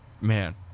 Man